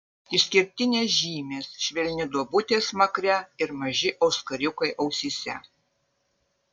išskirtinės žymės švelni duobutė smakre ir maži auskariukai ausyse